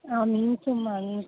آمین ثمّ آمین